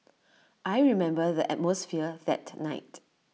I remember the atmosphere that night